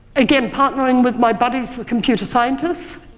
again partnering with my buddies the computer scientists,